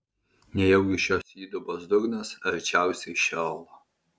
nejaugi šios įdubos dugnas arčiausiai šeolo